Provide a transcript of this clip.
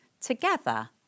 together